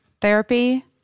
therapy